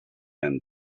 and